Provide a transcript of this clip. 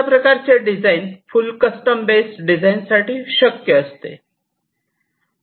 अशा प्रकारचे design full custom base design साठी शक्य असते